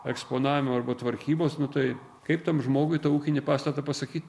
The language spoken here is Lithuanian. eksponavimo arba tvarkybos nu tai kaip tam žmogui tą ūkinį pastatą pasakyt